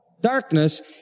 Darkness